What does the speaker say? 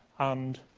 and,